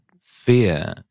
fear